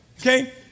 Okay